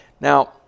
Now